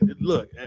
Look